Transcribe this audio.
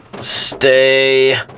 Stay